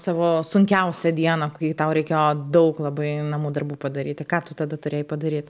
savo sunkiausią dieną kai tau reikėjo daug labai namų darbų padaryti ką tu tada turėjai padaryt